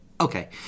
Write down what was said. Okay